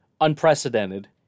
unprecedented